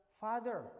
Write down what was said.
father